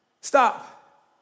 Stop